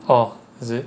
uh is it